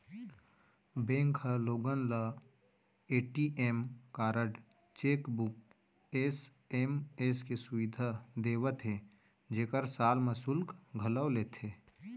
bank ह लोगन ल ए.टी.एम कारड, चेकबूक, एस.एम.एस के सुबिधा देवत हे जेकर साल म सुल्क घलौ लेथे